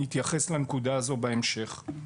נתייחס לנקודה הזו בהמשך.